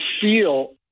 feel